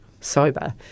sober